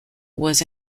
was